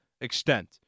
extent